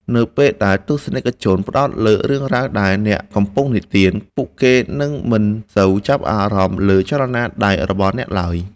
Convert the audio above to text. នៅពេលដែលទស្សនិកជនផ្តោតលើរឿងរ៉ាវដែលអ្នកកំពុងនិទាន ពួកគេនឹងមិនសូវចាប់អារម្មណ៍លើចលនាដៃរបស់អ្នកឡើយ។